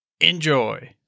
Enjoy